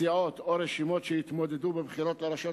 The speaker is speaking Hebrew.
סיעות או רשימות שהתמודדו בבחירות לרשויות